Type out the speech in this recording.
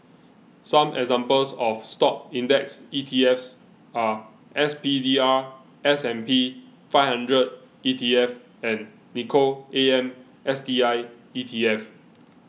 some examples of Stock index ETFs are S P D R S and P Five Hundred E T F and Nikko A M S T I E T F